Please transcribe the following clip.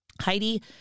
Heidi